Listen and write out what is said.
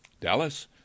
Dallas